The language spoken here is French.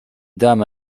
dames